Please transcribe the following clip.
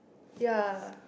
ya